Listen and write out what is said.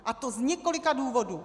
A to z několika důvodů.